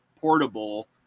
portable